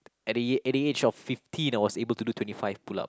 at the at the age of fifteen I was able to do twenty five pull-up